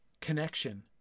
connection